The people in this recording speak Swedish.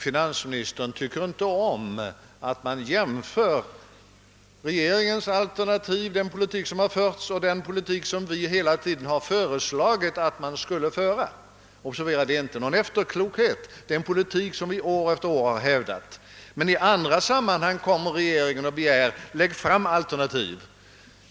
Finansministern tycker inte om att man jämför den politik som regeringen har fört och den politik som vi hela tiden har föreslagit att man skall föra. Observera att det inte är någon efterklokhet, det är en politik som vi år efter år har hävdat. Men i andra sammanhang begär regeringen att vi skall lägga fram alternativ.